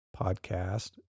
podcast